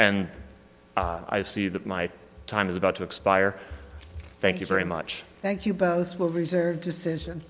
and i see that my time is about to expire thank you very much thank you both will reserve decision